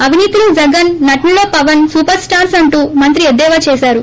అవినీతిలో జగన్ నటనలో పవన్ సూపర్స్లార్ అంటూ మంత్రి ఎద్దేవాచేశారు